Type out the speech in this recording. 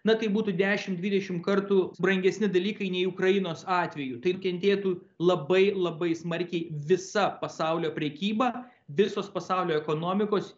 na tai būtų dešim dvidešim kartų brangesni dalykai nei ukrainos atveju tai nukentėtų labai labai smarkiai visa pasaulio prekyba visos pasaulio ekonomikos